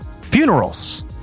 Funerals